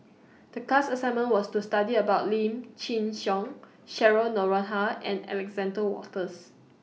The class assignment was to study about Lim Chin Siong Cheryl Noronha and Alexander Wolters